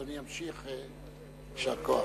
אדוני ימשיך, יישר כוח.